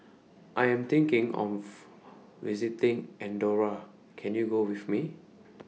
I Am thinking of visiting Andorra Can YOU Go with Me